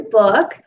book